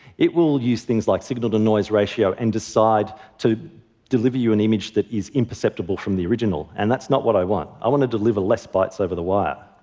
it will use things like signal-to-noise ratio, and decide to deliver you an image that is imperceptible from the original. and that's not what i want. i want to deliver less bytes over the wire.